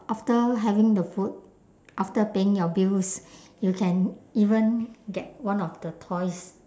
after having the food after paying your bills you can even get one of the toys